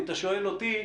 ואם אתה שואל אותי,